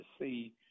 see